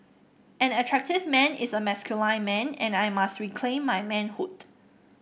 an attractive man is a masculine man and I must reclaim my manhood